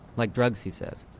like drugs he says.